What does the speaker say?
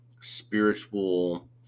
spiritual